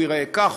הוא ייראה כך,